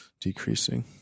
decreasing